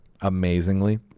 amazingly